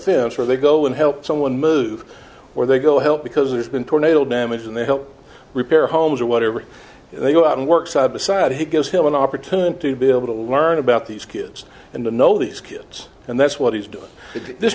fence where they go and help someone move or they go help because there's been tornado damage and they help repair homes or whatever and they go out and work side by side he gives him an opportunity to be able to learn about these kids and to know these kids and that's what he's doing this